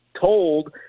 told